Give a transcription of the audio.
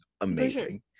amazing